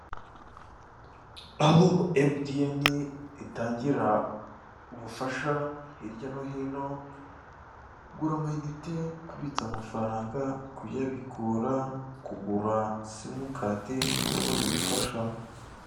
Aho emutiyeni itangira ubufasha hirya no hino, gura ama inite, kubitsa amafaranga, kuyabikura, kugura simukadi n'ubundi bufasha.